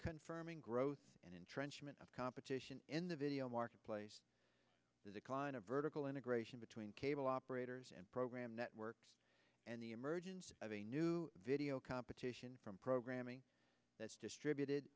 confirming growth and entrenchment of competition in the video marketplace the decline of vertical integration between cable operators and program networks and the emergence of a new video competition from programming that's distributed